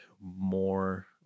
more